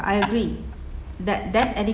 I agree that that